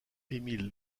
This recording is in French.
émile